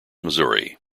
missouri